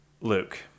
luke